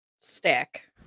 stack